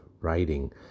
writing